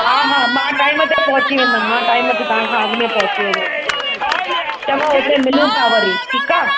हा हा मां टाइम ते पहुची वेंदमि मां टाइम ते तव्हांखा अॻु में पहुची वेंदमि चङो हुते मिलूं था वरी ठीकु आहे